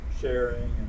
sharing